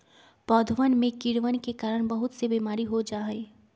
पौधवन में कीड़वन के कारण बहुत से बीमारी हो जाहई